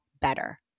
better